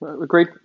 agreed